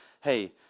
hey